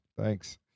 Thanks